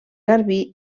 garbí